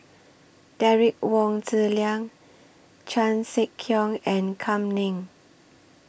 Derek Wong Zi Liang Chan Sek Keong and Kam Ning